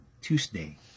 Tuesday